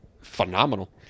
phenomenal